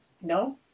No